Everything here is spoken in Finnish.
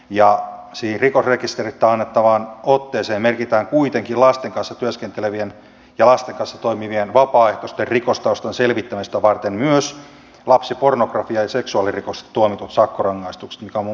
siihen rikosrekisteristä annettavaan otteeseen merkitään kuitenkin lasten kanssa työskentelevien ja lasten kanssa toimivien vapaaehtoisten rikostaustan selvittämistä varten myös lapsipornografia ja seksuaalirikoksesta tuomitut sakkorangaistukset mikä on minun mielestäni äärimmäisen hyvä asia